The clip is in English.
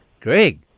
Greg